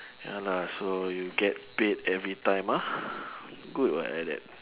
ya lah so you get paid every time ah good [what] like that